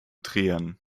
drehen